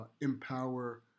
empower